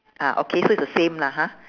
ah okay so it's the same lah ha